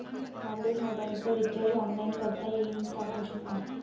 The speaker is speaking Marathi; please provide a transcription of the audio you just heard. मले मोबाईलच रिचार्ज ऑनलाईन करता येईन का?